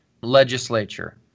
legislature